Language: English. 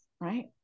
right